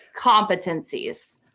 competencies